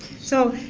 so,